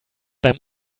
beim